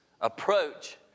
approach